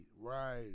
right